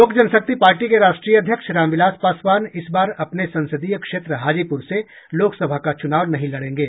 लोक जनशक्ति पार्टी के राष्ट्रीय अध्यक्ष रामविलास पासवान इस बार अपने संसदीय क्षेत्र हाजीपुर से लोकसभा का चुनाव नहीं लड़ेंगे